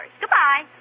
Goodbye